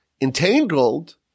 entangled